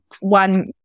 one